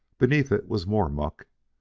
beneath it was more muck,